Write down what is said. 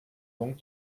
donc